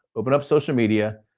open up social media,